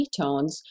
ketones